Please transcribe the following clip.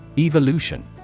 Evolution